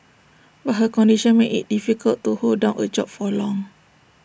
but her condition made IT difficult to hold down A job for long